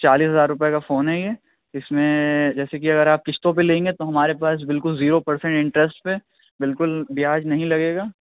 چالیس ہزار روپیے کا فون ہے یہ اِس میں جیسے کہ اگر آپ قسطوں پہ لیں گے تو ہمارے پاس بالکل زیرو پرسنٹ انٹرسٹ پہ بالکل بیاج نہیں لگے گا